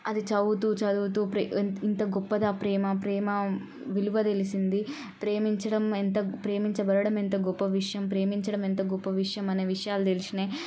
అది చదువుతూ చదువుతూ ప్రే ఇంత గొప్పదా ప్రేమ విలువ తెలిసింది ప్రేమించడం ఎంత ప్రేమించబడడం ఎంత గొప్ప విషయం ప్రేమించడం ఎంత గొప్ప విషయం అనే విషయాలు తెలిసాయి